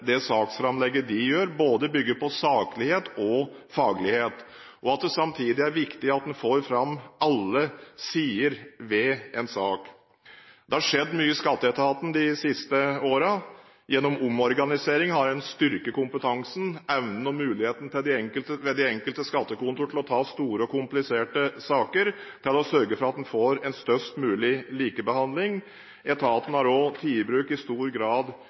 får fram alle sider ved en sak. Det har skjedd mye i skatteetaten de siste årene. Gjennom omorganisering har man styrket kompetansen, evnen og muligheten ved de enkelte skattekontorer til å ta store og kompliserte saker, og til å sørge for at man får en størst mulig likebehandling. Etaten har også i stor grad